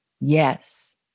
Yes